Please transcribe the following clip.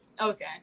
Okay